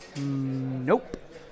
Nope